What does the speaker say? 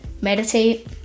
meditate